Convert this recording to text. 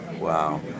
wow